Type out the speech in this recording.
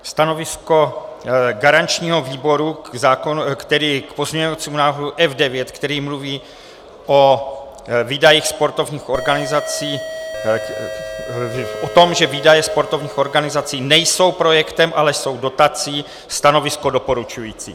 Stanovisko garančního výboru k pozměňovacímu návrhu F9, který mluví o výdajích sportovních organizací, o tom, že výdaje sportovních organizací nejsou projektem, ale jsou dotací, stanovisko doporučující.